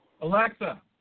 Alexa